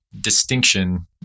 distinction